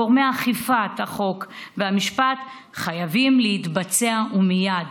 גורמי אכיפת החוק והמשפט חייבת להתבצע ומייד.